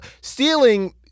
stealing